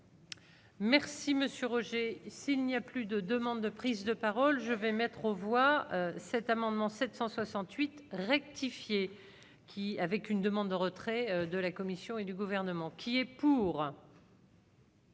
monsieur Roger s'il n'y a plus de demandes de prises de parole, je vais mettre aux voix cet amendement 768 rectifié qui, avec une demande de retrait de la Commission et du gouvernement qui est pour.